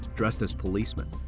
dressed as policemen,